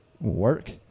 work